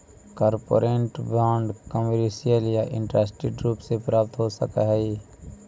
corporate bond commercial या industrial रूप में प्राप्त हो सकऽ हई